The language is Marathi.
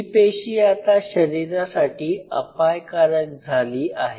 ही पेशी आता शरीरासाठी अपायकारक झाली आहे